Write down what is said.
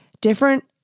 different